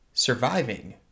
Surviving